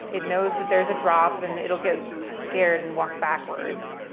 it knows that there's a drop, and it'll get scared and walk backwards